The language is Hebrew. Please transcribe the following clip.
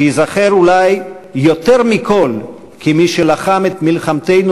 שייזכר אולי יותר מכול כמי שלחם את מלחמתנו